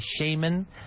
shaman